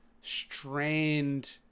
strained